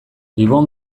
ibon